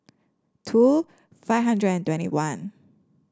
two five hundred and twenty one